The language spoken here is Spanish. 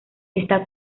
está